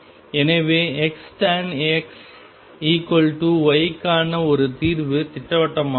எனவே Xtan X Y க்கான ஒரு தீர்வு திட்டவட்டமானது